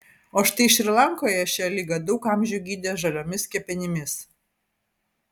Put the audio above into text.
o štai šri lankoje šią ligą daug amžių gydė žaliomis kepenimis